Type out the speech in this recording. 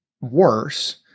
worse